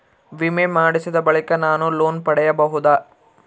ವಿಮೆ ಮಾಡಿಸಿದ ಬಳಿಕ ನಾನು ಲೋನ್ ಪಡೆಯಬಹುದಾ?